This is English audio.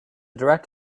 direct